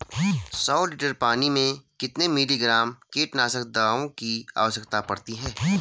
सौ लीटर पानी में कितने मिलीग्राम कीटनाशक दवाओं की आवश्यकता पड़ती है?